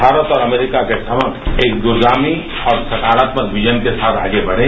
भारत और अमरीका के संबंध एक दूरगामी और सकारात्मक विजन के साथ आगे बढ़ें